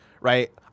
right